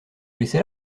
laisser